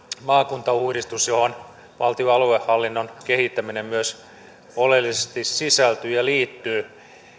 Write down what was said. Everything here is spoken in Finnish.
maakuntauudistus johon myös valtion aluehallinnon kehittäminen oleellisesti sisältyy ja liittyy